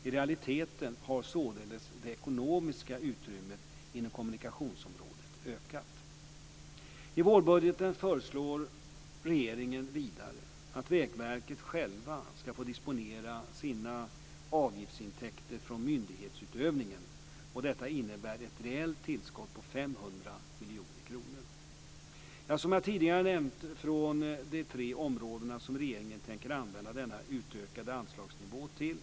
I realiteten har således det ekonomiska utrymmet inom kommunikationsområdet ökat. I vårbudgeten föreslår regeringen vidare att Vägverket självt ska få disponera sina avgiftsintäkter från myndighetsutövningen. Detta innebär ett reellt tillskott på 500 miljoner kronor. Som jag tidigare nämnt finns det tre områden som regeringen tänker använda denna utökade anslagsnivå till.